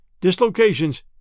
dislocations